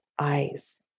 eyes